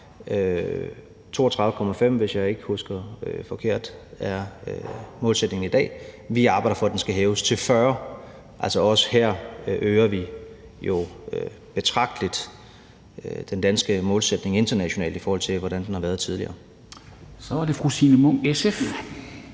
dag, hvis jeg ikke husker forkert. Vi arbejder for, at den skal hæves til 40, så altså også her øger vi jo betragteligt den danske målsætning internationalt, i forhold til hvordan den har været tidligere. Kl. 10:45 Formanden